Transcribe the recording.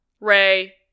Ray